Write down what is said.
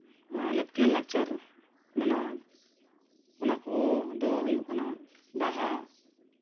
ᱞᱟᱹᱠᱛᱤᱭᱟᱱ ᱞᱟᱠᱪᱟᱨ ᱢᱮᱱᱟᱜᱼᱟ ᱚᱱᱟ ᱠᱚ ᱫᱚ ᱦᱩᱭᱩᱜ ᱠᱟᱱᱟ ᱵᱟᱦᱟ